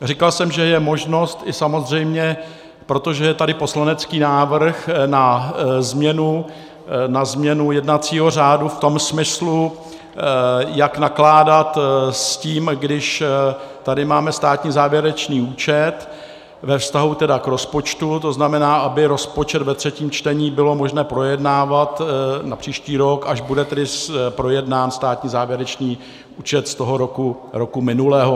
Říkal jsem, že je možnost i samozřejmě, protože je tady poslanecký návrh na změnu jednacího řádu v tom smyslu, jak nakládat s tím, když tady máme státní závěrečný účet ve vztahu tedy k rozpočtu, to znamená, aby rozpočet ve třetím čtení bylo možné projednávat na příští rok, až bude tedy projednán státní závěrečný účet z toho roku minulého.